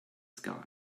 sky